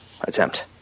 attempt